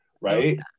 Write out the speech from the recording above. Right